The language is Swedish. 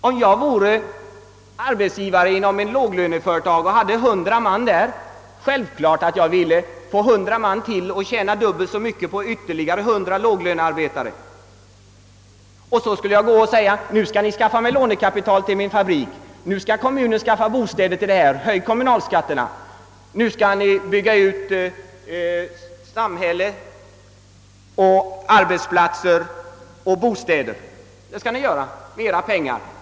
Om jag vore arbetsgivare i ett låglöneföretag och hade 100 man anställda är det självklart, att jag skulle vilja anställa ytterligare 100 lågavlönade för att tjäna dubbelt så mycket. Då skulle jag säga att ni har att skaffa mig lånekapital till fabrik och bostäder — höj kommunalskatterna! Nu skall ni åt mig bygga ut samhälle, arbetsplatser och bostäder. Det behövs mera pengar.